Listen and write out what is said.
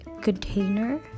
container